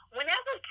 Whenever